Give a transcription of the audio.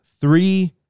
three